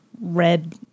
red